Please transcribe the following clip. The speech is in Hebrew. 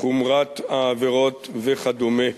חומרת העבירות וכדומה.